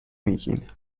میگین